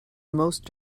most